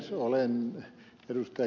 olen ed